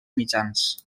mitjans